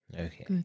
Okay